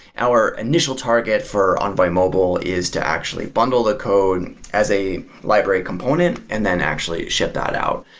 our initial target for envoy mobile is to actually bundle the code as a library component and then actually ship that out.